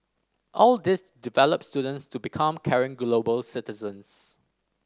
all this develop students to become caring global citizens